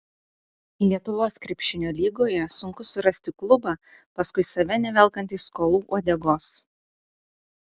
lietuvos krepšinio lygoje sunku surasti klubą paskui save nevelkantį skolų uodegos